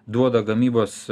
duoda gamybos